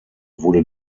wurde